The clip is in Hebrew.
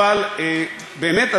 אבל באמת,